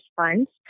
funds